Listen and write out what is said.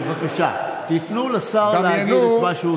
בבקשה תיתנו לשר להגיד את מה שהוא צריך להגיד.